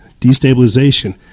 destabilization